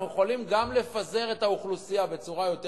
אנחנו יכולים גם לפזר את האוכלוסייה בצורה יותר